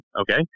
Okay